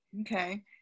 okay